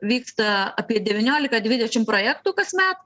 vyksta apie devyniolika dvidešim projektų kasmet